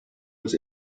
was